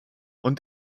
und